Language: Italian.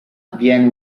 viene